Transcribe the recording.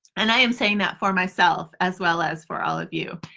and i am saying that for myself as well as for all of you.